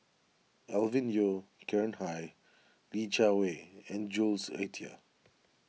Alvin Yeo Khirn Hai Li Jiawei and Jules Itier